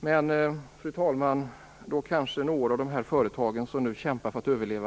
Men, fru talman, då finns kanske inte en del av de företag som nu kämpar för att överleva.